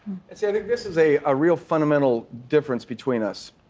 and so like this is a ah real fundamental difference between us.